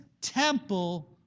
temple